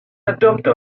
adopte